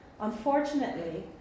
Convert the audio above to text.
Unfortunately